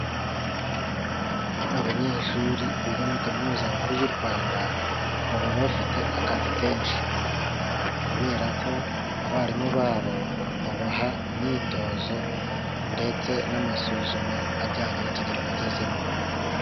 Abanyeshuri biga muri Kaminuza nkuru y'u Rwanda baba bafite akazi kenshi kubera ko abarimu babo babaha imyitozo ndetse n'amasuzuma ajyanye n'ikigero bagezemo.